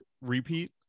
repeat